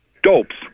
Dopes